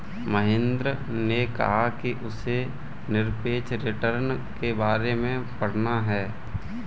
महेंद्र ने कहा कि उसे निरपेक्ष रिटर्न के बारे में पढ़ना है